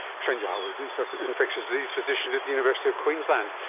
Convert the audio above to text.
trent yarwwod is an infectious disease physician at the university of queensland.